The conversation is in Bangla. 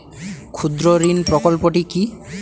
ক্ষুদ্রঋণ প্রকল্পটি কি?